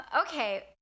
okay